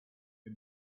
the